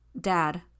Dad